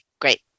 great